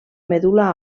medul·la